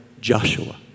Joshua